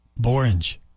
Borange